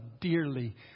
dearly